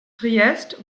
triest